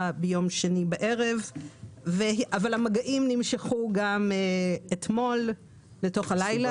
ביום שני בערב אבל המגעים נמשכו גם אתמול לתוך הלילה.